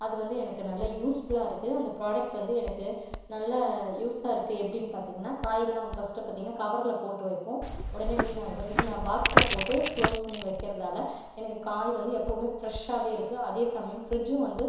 அது வந்து எனக்கு நல்ல யூஸ்ஃபுல்லாக இருக்குது அந்த ப்ராடக்ட் வந்து எனக்கு நல்ல யூஸாக இருக்குது எப்படின்னு பார்த்தீங்கன்னா காயெலாம் ஃபஸ்ட்டு வந்து பார்த்தீங்கன்னா கவரில் போட்டு வைப்போம் உடனே வீணாகிடும் இது நான் பாக்ஸில் போட்டு குளோஸ் பண்ணி வைக்கிறதாலே எனக்கு காய் வந்து எப்போதுமே ஃபிரெஷ்ஷாகவே இருக்குது அதே சமயம் ஃபிரிட்ஜும் வந்து